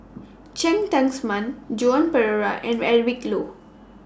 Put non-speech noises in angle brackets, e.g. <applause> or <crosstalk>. <noise> Cheng Tsang Man Joan Pereira and <noise> Eric Low